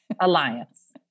Alliance